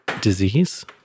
disease